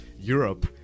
Europe